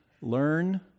learn